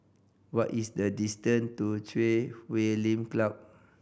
what is the distance to Chui Huay Lim Club